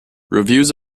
reviews